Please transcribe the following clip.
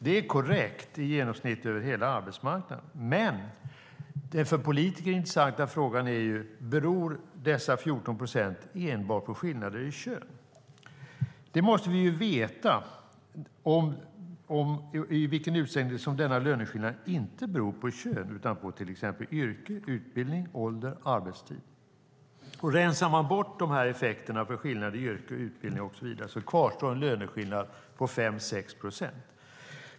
Det är korrekt i genomsnitt över hela arbetsmarknaden, men den för politiker intressanta frågan är: Beror dessa 14 procent enbart på skillnader i kön? Vi måste veta i vilken utsträckning denna löneskillnad inte beror på kön utan på till exempel yrke, utbildning, ålder eller arbetstid. Om man rensar bort effekterna av skillnader i yrke, utbildning och så vidare kvarstår en löneskillnad på 5-6 procent.